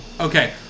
Okay